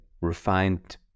refined